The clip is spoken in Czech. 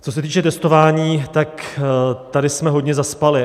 Co se týče testování, tady jsme hodně zaspali.